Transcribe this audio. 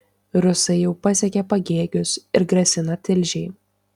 rusai jau pasiekė pagėgius ir grasina tilžei